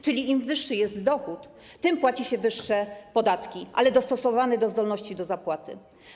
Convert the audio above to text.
Czyli im wyższy jest dochód, tym płaci się wyższe podatki, ale dostosowane do zdolności do zapłaty.